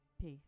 Peace